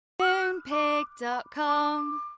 Moonpig.com